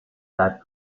that